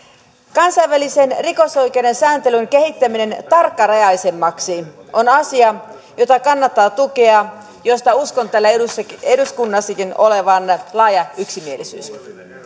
kansainvälisen rikosoikeuden sääntelyn kehittäminen tarkkarajaisemmaksi on asia jota kannattaa tukea ja josta uskon täällä eduskunnassakin olevan laaja yksimielisyys